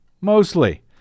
Mostly